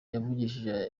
yavugishije